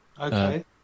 okay